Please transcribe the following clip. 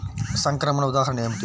సంక్రమణ ఉదాహరణ ఏమిటి?